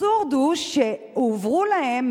האבסורד הוא שהועברו להם,